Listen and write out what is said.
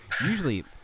Usually